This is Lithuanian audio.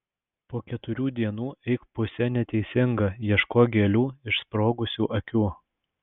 po keturių dienų eik puse neteisinga ieškok gėlių išsprogusių akių